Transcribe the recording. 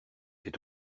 tais